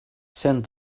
send